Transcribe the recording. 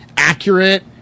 Accurate